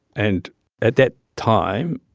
and at that time,